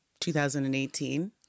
2018